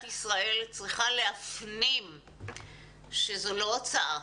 ישראל צריכה להפנים שזאת לא הוצאה.